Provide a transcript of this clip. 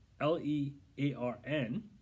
L-E-A-R-N